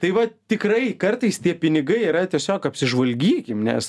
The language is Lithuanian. tai va tikrai kartais tie pinigai yra tiesiog apsižvalgykim nes